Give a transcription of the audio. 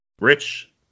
Rich